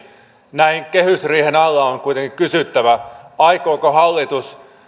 näin kehysriihen alla on kuitenkin kysyttävä aikooko hallitus